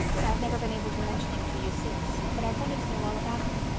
i've never been able to mention him to you since, but i've wanted to know all about him.